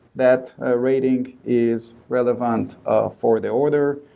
that ah rating is relevant ah for the order,